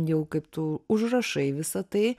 jau kaip tu užrašai visa tai